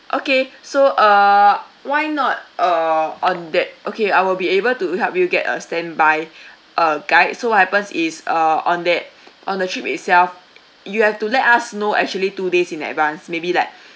okay so uh why not uh on that okay I will be able to help you get a standby uh guide so what happens is uh on that on the trip itself you have to let us know actually two days in advance maybe like